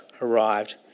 arrived